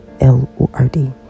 L-O-R-D